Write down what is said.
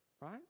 Right